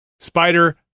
Spider